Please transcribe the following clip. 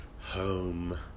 Home